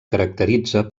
caracteritza